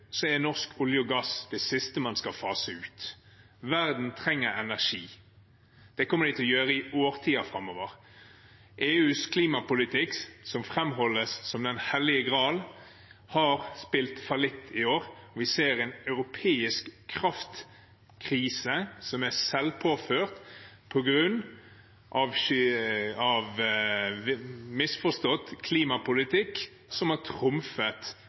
så bekymret for. Hvis man ønsker reduksjon i klimagassutslippene, er norsk olje og gass det siste man skal fase ut. Verden trenger energi, det kommer den til å gjøre i årtier framover. EUs klimapolitikk, som framholdes som den hellige gral, har spilt fallitt i år – vi ser en europeisk kraftkrise som er selvpåført, på grunn av misforstått klimapolitikk som har